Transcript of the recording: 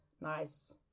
nice